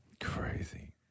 Crazy